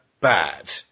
bad